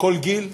בכל גיל,